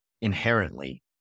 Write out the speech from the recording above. inherently